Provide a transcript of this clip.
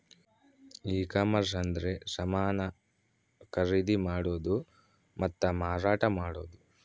ಈ ಕಾಮರ್ಸ ಅಂದ್ರೆ ಸಮಾನ ಖರೀದಿ ಮಾಡೋದು ಮತ್ತ ಮಾರಾಟ ಮಾಡೋದು